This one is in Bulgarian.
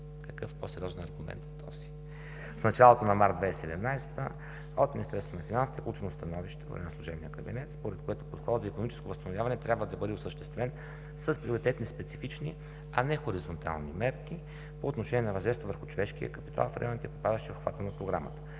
Какъв по-сериозен аргумент от този?! В началото на месец март 2017 г. от Министерството на финансите е получено становище по време на служебния кабинет, според което подходът за икономическото възстановяване трябва да бъде осъществен с приоритетни специфични, а не хоризонтални мерки по отношение на въздействието върху човешкия капитал в районите, попадащи в обхвата на Програмата.